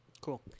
Cool